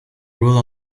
rule